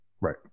right